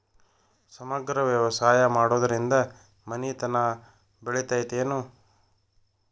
ಸಮಗ್ರ ವ್ಯವಸಾಯ ಮಾಡುದ್ರಿಂದ ಮನಿತನ ಬೇಳಿತೈತೇನು?